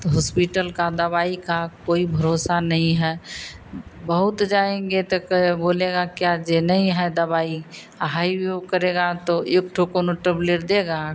तो होस्पिटल की दवाई का कोई भरोसा नहीं है बहुत जाएँगे तो कै बोलेगा क्या जे नहीं है दवाई अ हाई वह करेगा तो एक ठो कौनो टबलेट देगा